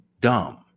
dumb